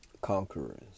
conquerors